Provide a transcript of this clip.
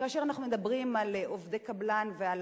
כאשר אנחנו מדברים על עובדי קבלן ועל